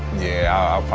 yeah, i'll